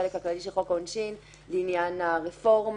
בחלק הכללי של חוק העונשין לעניין הרפורמה.